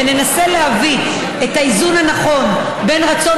וננסה להביא את האיזון הנכון בין רצון